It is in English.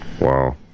Wow